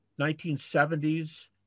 1970s